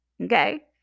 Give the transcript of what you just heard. Okay